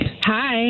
Hi